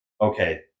okay